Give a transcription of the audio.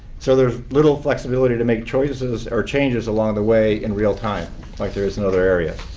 so there's little flexibility to make choices or changes along the way in real time like there is in other areas.